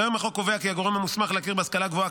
כיום החוק קובע כי הגורם המוסמך להכיר בהשכלה גבוהה,